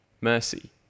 mercy